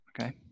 Okay